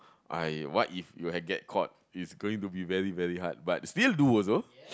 I what if you had get caught it's going to be very very hard but still do also